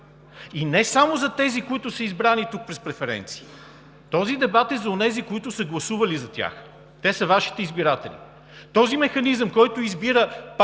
И не само за тези, които са избрани тук чрез преференции. Този дебат е и за тези, които са гласували за тях, те са Вашите избиратели. Този механизъм, който избира партиите,